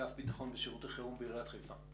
אגף ביטחון ושירותי חירום בעיריית חיפה.